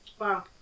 Wow